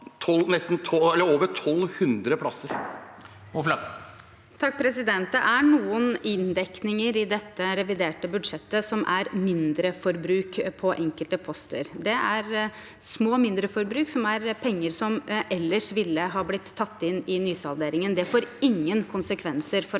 Det er noen inndek- ninger i dette reviderte budsjettet som er mindreforbruk på enkelte poster. Det er små mindreforbruk som er penger som ellers ville ha blitt tatt inn i nysalderingen. Det får ingen konsekvenser for